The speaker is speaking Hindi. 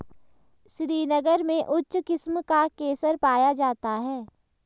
श्रीनगर में उच्च किस्म का केसर पाया जाता है